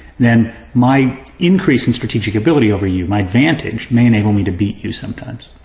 then my increased in strategic ability over you, my advantage, may enable me to beat you sometimes.